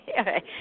okay